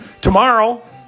Tomorrow